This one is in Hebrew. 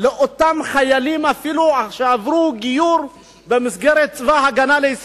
לתופעה שחיילים שעברו גיור במסגרת צה"ל,